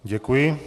Děkuji.